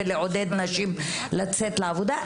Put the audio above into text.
ולעודד נשים לצאת לעבודה.